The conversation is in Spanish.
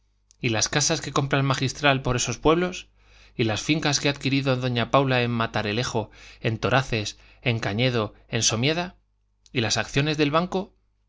y las casas que compra el magistral por esos pueblos y las fincas que ha adquirido doña paula en matalerejo en toraces en cañedo en somieda y las acciones del banco